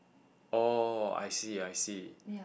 oh I see I see